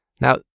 Now